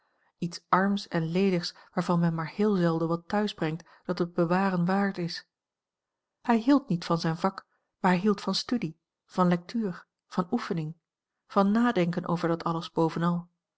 iets arms en ledigs waarvan men maar heel zelden wat thuis brengt dat het bewaren waard is hij hield niet van zijn vak maar hij hield van studie van lectuur van oefening van nadenken over dat alles bovenal